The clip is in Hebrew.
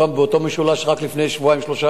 באותו משולש רק לפני שבועיים, שלושה